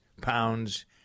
pounds